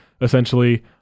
essentially